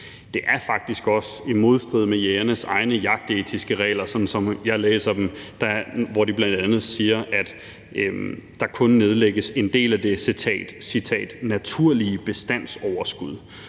Det er faktisk også i modstrid med jægernes egne jagtetiske regler, sådan som jeg læser dem. De siger bl.a., at »der kun nedlægges en del af det naturlige bestandsoverskud«.